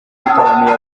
yataramiye